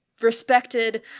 respected